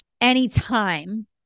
anytime